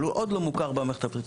אבל הוא עוד לא מוכר במערכת הבריאות,